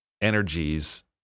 energies